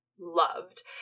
loved